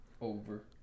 over